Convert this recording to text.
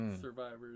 survivors